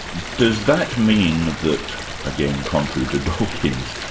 does that mean that again, contrary to dawkins,